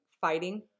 fighting